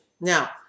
Now